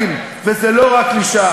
ואני אסביר את עצמי,